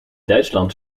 duitsland